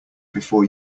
before